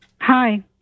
Hi